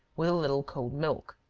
with a little cold milk.